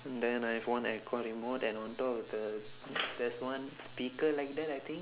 then I I have one aircon remote and on top of the there's one speaker like that I think